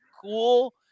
cool